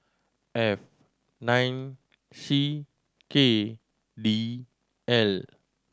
F nine C K D L